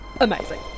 amazing